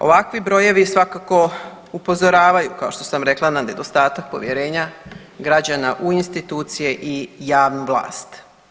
Ovakvi brojevi svakako upozoravaju kao što sam rekla na nedostatak povjerenja građana u institucije i javnu vlast.